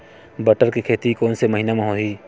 बटर के खेती कोन से महिना म होही?